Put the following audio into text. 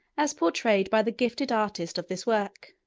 as portrayed by the gifted artist of this work.